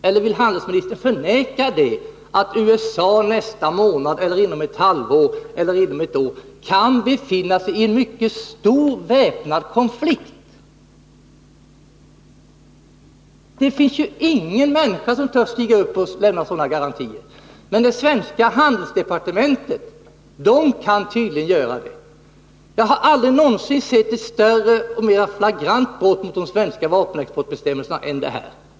Eller vill handelsministern förneka att USA nästa månad, inom ett halvår eller inom ett år kan befinna sig i en mycket stor, väpnad konflikt? Det finns ju ingen människa som törs stiga upp och lämna sådana garantier. Men det svenska handelsdepartementet kan tydligen göra det! Jag har aldrig någonsin sett ett större och mer flagrant brott mot de svenska vapenexportbestämmelserna än det aktuella fallet.